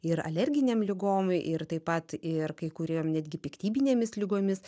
ir alerginėm ligom ir taip pat ir kai kuriem netgi piktybinėmis ligomis